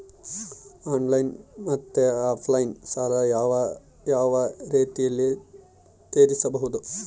Online ಮತ್ತೆ offline ಸಾಲ ಯಾವ ಯಾವ ರೇತಿನಲ್ಲಿ ತೇರಿಸಬಹುದು?